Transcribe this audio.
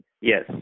Yes